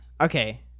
Okay